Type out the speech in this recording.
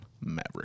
Maverick